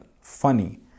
funny